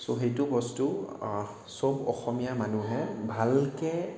চ' সেইটো বস্তু চব অসমীয়া মানুহে ভালকৈ